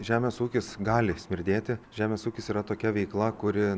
žemės ūkis gali smirdėti žemės ūkis yra tokia veikla kuri